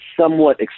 somewhat